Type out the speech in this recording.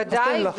ודאי.